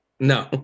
No